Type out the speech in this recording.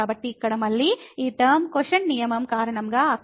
కాబట్టి ఇక్కడ మళ్ళీ ఈ టర్మ క్వోశన్ట నియమం కారణంగా అక్కడకు వెళ్తుంది